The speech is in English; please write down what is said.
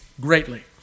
greatly